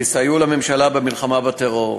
יסייעו לממשלה במלחמה בטרור.